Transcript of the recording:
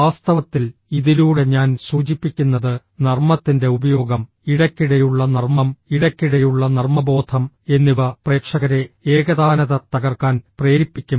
വാസ്തവത്തിൽ ഇതിലൂടെ ഞാൻ സൂചിപ്പിക്കുന്നത് നർമ്മത്തിൻറെ ഉപയോഗം ഇടയ്ക്കിടെയുള്ള നർമ്മം ഇടയ്ക്കിടെയുള്ള നർമ്മബോധം എന്നിവ പ്രേക്ഷകരെ ഏകതാനത തകർക്കാൻ പ്രേരിപ്പിക്കും